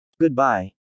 Goodbye